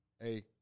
hey